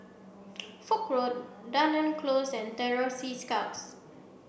Foch Road Dunearn Close and Terror Sea Scouts